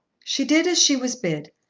she did as she was bid,